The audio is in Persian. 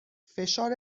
فشار